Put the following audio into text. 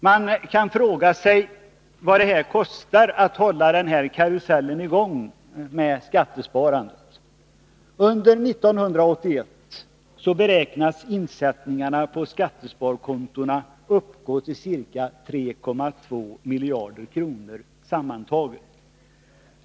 Man kan fråga sig vad det kostar att hålla den här karusellen med skattesparande i gång. Under 1981 beräknas insättningarna på skattesparkonton uppgå till ca 3,2 miljarder kronor sammantaget.